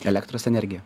elektros energiją